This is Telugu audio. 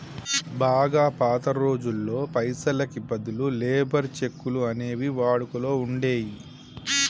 బాగా పాత రోజుల్లో పైసలకి బదులు లేబర్ చెక్కులు అనేవి వాడుకలో ఉండేయ్యి